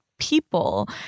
people